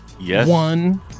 one